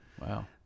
Wow